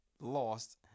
lost